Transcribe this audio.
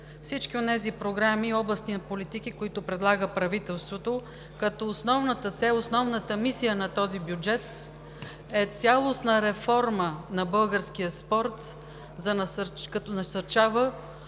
всички онези програми и областни политики, които предлага правителството. Основната цел, основната мисия на този бюджет е цялостна реформа на българския спорт, като се насърчава